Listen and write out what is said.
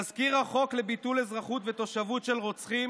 תזכיר החוק לביטול אזרחות ותושבות של רוצחים